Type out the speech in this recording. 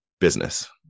business